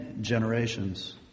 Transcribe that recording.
generations